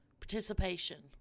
participation